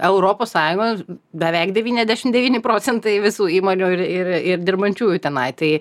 europos sąjungos beveik devyniadešimt devyni procentai visų įmonių ir ir ir dirbančiųjų tenai tai